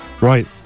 Right